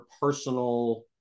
personal